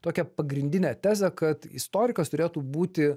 tokią pagrindinę tezę kad istorikas turėtų būti